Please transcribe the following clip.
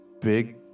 big